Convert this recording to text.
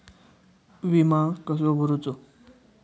विमा कसो भरूचो?